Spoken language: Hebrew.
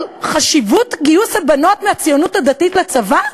חשיבות גיוס הבנות מהציונות הדתית לצבא?